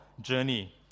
journey